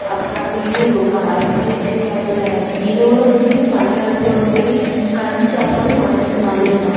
அப்புறம் அது இதுன்னு கொடுக்குறாங்க அது புள்ளைகளுக்கு கேடு தானே இதோடு வந்து பழைய காலத்தில் உள்ளது மாதிரி கஞ்சி சாப்பிட்டாலும் உடம்புக்கு நல்லதுதான்